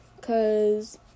cause